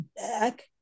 back